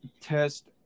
test